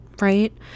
right